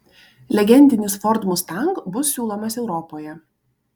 legendinis ford mustang bus siūlomas europoje